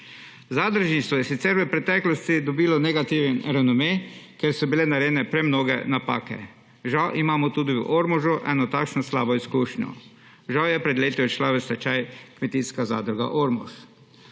Zadružništvo je sicer v preteklosti dobilo negativen renome, ker so bile narejene premnoge napake. Žal imamo tudi v Ormožu eno takšno slabo izkušnjo. Žal je pred leti odšla v stečaj Kmetijska zadruga Ormož.